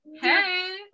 Hey